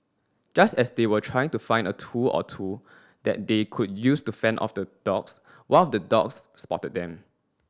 just as they were trying to find a tool or two that they could use to fend off the dogs one of the dogs spotted them